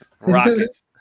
Rockets